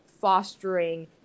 fostering